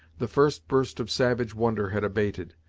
the first burst of savage wonder had abated,